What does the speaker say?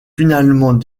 finalement